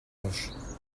roches